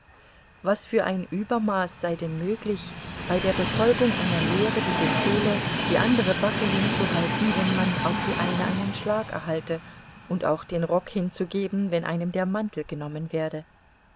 was für ein übermaß sei denn möglich bei der befolgung einer lehre die befehle die andere backe hinzuhalten wenn man auf die eine einen schlag erhalte und auch den rock hinzugeben wenn einem der mantel genommen werde